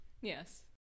Yes